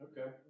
Okay